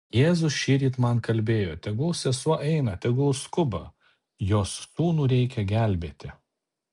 jėzus šįryt man kalbėjo tegul sesuo eina tegul skuba jos sūnų reikia gelbėti